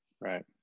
right